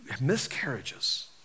miscarriages